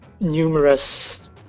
numerous